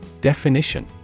Definition